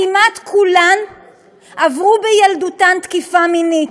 כמעט כולן עברו בילדותן תקיפה מינית.